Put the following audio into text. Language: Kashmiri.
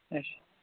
اچھا